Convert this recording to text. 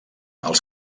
els